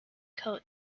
coat